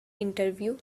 interview